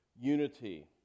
unity